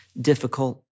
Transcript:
difficult